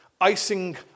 icing